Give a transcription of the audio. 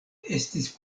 estis